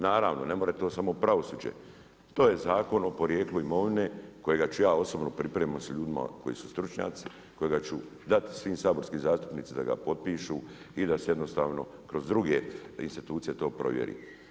Naravno, ne može to samo pravosuđe, to je Zakon o porijeklu imovine, kojega ću ja osobno, pripremam sa ljudima koji su stručnjaci, kojega ću dati svim saborskim zastupnicima da ga potpišu, i da se jednostavno kroz druge institucije to provjeri.